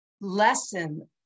lesson